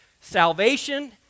Salvation